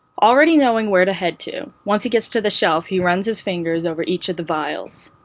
already knowing where to head to, once he gets to the shelf he runs his fingers over each of the vials.